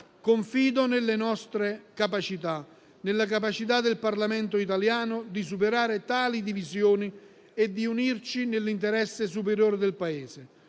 confido nelle nostre capacità e nella capacità del Parlamento italiano di superare tali divisioni e di unirci nell'interesse superiore del Paese.